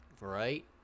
Right